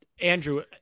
Andrew